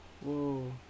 Whoa